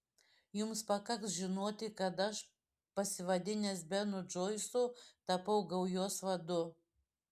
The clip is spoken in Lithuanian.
jums pakaks žinoti kad aš pasivadinęs benu džoisu tapau gaujos vadu